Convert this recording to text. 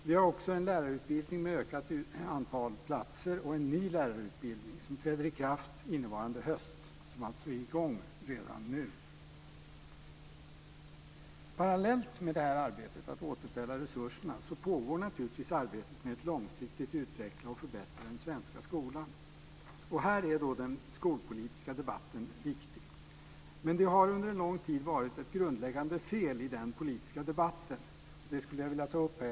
Vi har också en lärarutbildning med ökat antal platser och en ny lärarutbildning som träder i kraft innevarande höst, som alltså är i gång redan nu. Parallellt med det här arbetet att återställa resurserna pågår naturligtvis arbetet med att långsiktigt utveckla och förbättra den svenska skolan. Här är den skolpolitiska debatten viktig. Men det har under en lång tid varit ett grundläggande fel i den politiska debatten, och det skulle jag vilja ta upp här.